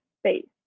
space